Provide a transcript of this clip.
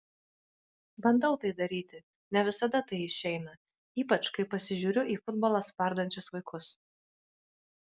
bandau tai daryti ne visada tai išeina ypač kai pasižiūriu į futbolą spardančius vaikus